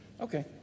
Okay